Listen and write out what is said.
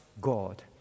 God